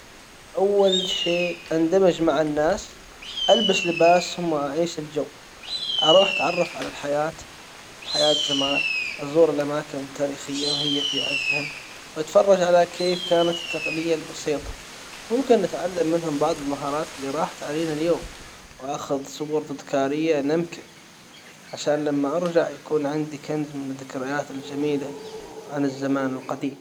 اول شيء اندمج مع الناس البس لباسهم و أعيش الجو اروح اتعرف على الحياة حياة زمان ازور الاماكن التاريخية وهي في اعزها واتفرج على كيف كانت التقنية البسيطة ممكن نتعلم منهم بعض المهارات اللي راحت علينا اليوم وأخذ صور تذكارية نمكن عشان لما أرجع يكون عندي كنز من الذكريات الجميلة عن الزمان القديم.